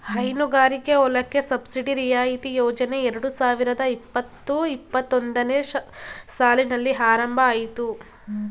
ಹೈನುಗಾರಿಕೆ ಹೊಲಕ್ಕೆ ಸಬ್ಸಿಡಿ ರಿಯಾಯಿತಿ ಯೋಜನೆ ಎರಡು ಸಾವಿರದ ಇಪ್ಪತು ಇಪ್ಪತ್ತೊಂದನೇ ಸಾಲಿನಲ್ಲಿ ಆರಂಭ ಅಯ್ತು